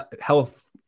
health